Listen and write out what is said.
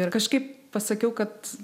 ir kažkaip pasakiau kad